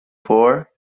for